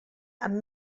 amb